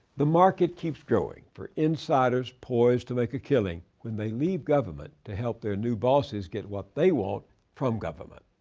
the market keeps growing for insiders poised to make a killing when they leave government to help their new bosses get what they want from government.